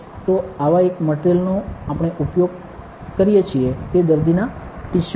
તો આવા એક મટિરિયલ નો આપણે ઉપયોગ કરીએ છીએ તે દર્દીઓના ટિસ્યૂ છે